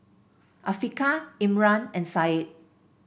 Afiqah Imran and Syed